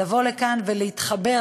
לבוא לכאן ולהתחבר.